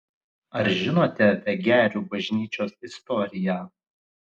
ar žinote vegerių bažnyčios istoriją